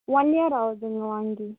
one year ஆகுதுங்க வாங்கி